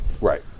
Right